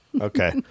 Okay